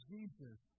Jesus